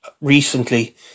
recently